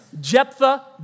Jephthah